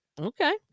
Okay